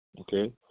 okay